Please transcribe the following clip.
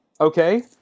Okay